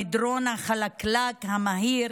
במדרון החלקלק המהיר,